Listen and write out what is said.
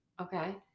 Okay